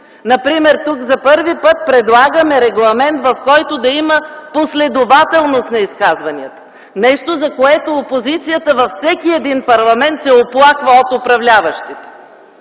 Например, тук за първи път предлагаме регламент, в който да има последователност на изказванията – нещо, за което опозицията във всеки един парламент се оплаква от управляващите.